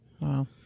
Wow